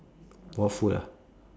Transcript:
what food ah